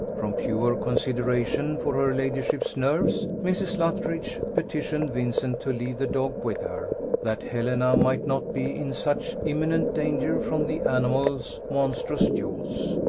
from pure consideration for her ladyship's nerves, mrs. luttridge petitioned vincent to leave the dog with her, that helena might not be in such imminent danger from the animal's monstrous jaws.